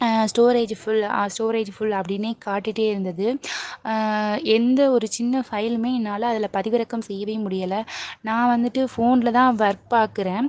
storage full storage full அப்படின்னே காட்டிகிட்டே இருந்தது எந்த ஒரு சின்ன ஃபைலுமே என்னால் அதில் பதிவிறக்கம் செய்யவே முடியலை நான் வந்துட்டு ஃபோனில்தான் ஒர்க் பார்க்குறேன்